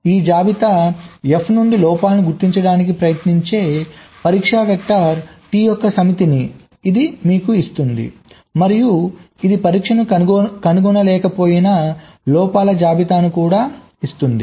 ఈ జాబితా F నుండి లోపాలను గుర్తించడానికి ప్రయత్నించే పరీక్షా వెక్టర్స్ T యొక్క సమితిని ఇది మీకు ఇస్తుంది మరియు ఇది పరీక్షను కనుగొనలేకపోయిన లోపాల జాబితాను కూడా ఇస్తుంది